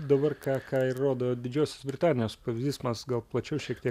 dabar ką ką ir rodo didžiosios britanijos pavyzdys gal plačiau šiek tiek